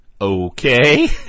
Okay